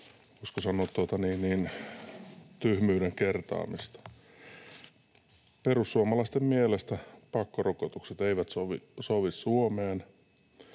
voisiko sanoa, tyhmyyden kertaamista. Perussuomalaisten mielestä pakkorokotukset eivät sovi Suomeen.